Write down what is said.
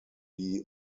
die